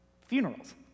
Funerals